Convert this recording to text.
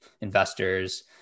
investors